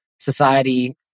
society